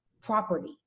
property